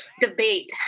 debate